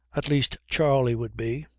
at least charley would be.